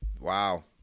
Wow